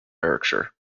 berwickshire